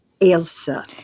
Elsa